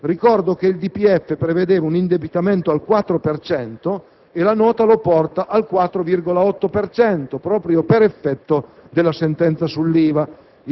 Ricordo che il DPEF prevedeva un indebitamento al 4 per cento e la Nota lo porta al 4,8 per cento, proprio per effetto della sentenza sull'IVA.